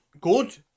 good